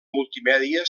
multimèdia